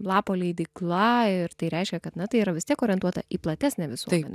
lapo leidykla ir tai reiškia kad na tai yra vis tiek orientuota į platesnę visuomenę